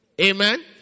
Amen